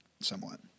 somewhat